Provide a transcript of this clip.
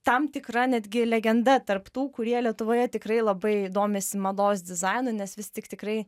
tam tikra netgi legenda tarp tų kurie lietuvoje tikrai labai domisi mados dizainu nes vis tik tikrai